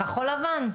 כחול-לבן.